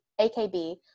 AKB